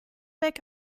weg